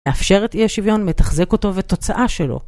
מאפשר את אי השוויון מתחזק אותו ותוצאה שלו.